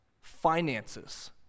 finances